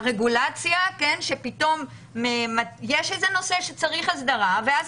הרגולציה שפתאום יש איזה נושא שצריך הסדרה ואז